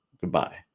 Goodbye